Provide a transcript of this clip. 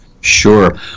Sure